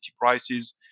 prices